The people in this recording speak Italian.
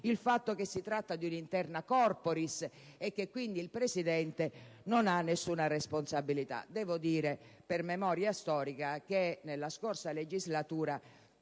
un atto rientrante fra gli *interna corporis* e che, quindi, il Presidente non ha nessuna responsabilità. Devo dire, per memoria storica, che nella scorsa legislatura